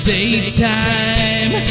Daytime